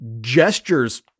gestures